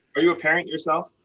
are you a parent yourself?